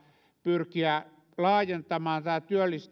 pyrkiä laajentamaan